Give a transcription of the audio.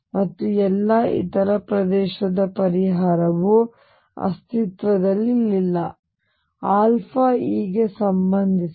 ಮತ್ತು ಎಲ್ಲಾ ಇತರ ಪ್ರದೇಶದ ಪರಿಹಾರವು ಅಸ್ತಿತ್ವದಲ್ಲಿಲ್ಲ ಈಗ E ಗೆ ಸಂಬಂಧಿಸಿದೆ